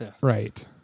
right